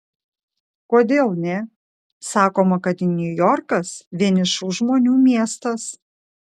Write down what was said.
kodėl ne sakoma kad niujorkas vienišų žmonių miestas